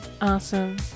Awesome